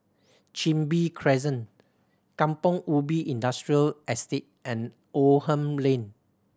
Chin Bee Crescent Kampong Ubi Industrial Estate and Oldham Lane